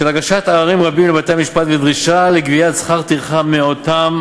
של הגשת עררים רבים בבתי-המשפט ודרישה לגביית שכר טרחה מאותם